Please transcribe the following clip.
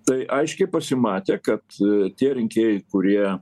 tai aiškiai pasimatė kad tie rinkėjai kurie